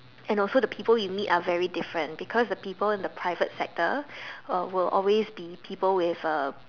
and also the people you meet are very different because the people in the private sector will always be people with a